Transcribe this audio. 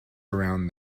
around